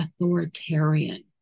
authoritarian